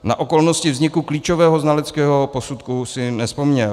Na okolnosti vzniku klíčového znaleckého posudku si nevzpomněl.